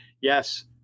Yes